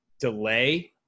delay